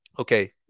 Okay